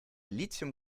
lithium